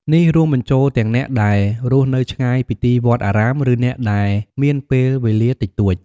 នេះរួមបញ្ចូលទាំងអ្នកដែលរស់នៅឆ្ងាយពីទីវត្តអារាម ឬអ្នកដែលមានពេលវេលាតិចតួច។